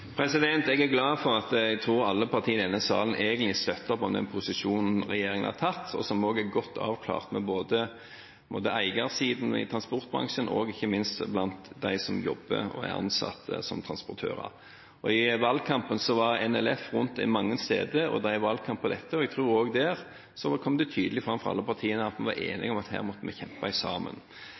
Jeg er glad for at alle partier, tror jeg, i denne salen egentlig støtter opp om den posisjonen regjeringen har tatt, som også er godt avklart med både eiersiden i transportbransjen og ikke minst blant dem som jobber og er ansatt som transportører. I valgkampen var NLF rundt på mange steder og drev valgkamp på dette, og jeg tror at det også der kom tydelig fram fra alle partiene at vi var enige om at her måtte vi kjempe sammen.